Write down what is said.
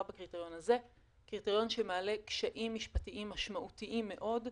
בקריטריון הזה - הוא קריטריון שלטעמנו מעלה קשיים משפטיים משמעותיים מאוד.